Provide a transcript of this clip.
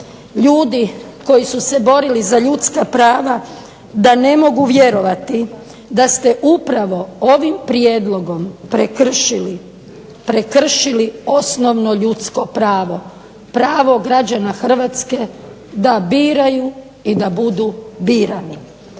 ljudi koji su se borili za ljudska prava da ne mogu vjerovati da ste upravo ovim prijedlogom prekršili osnovno ljudsko pravo, pravo građana Hrvatske da biraju i da budu birani.